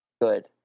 good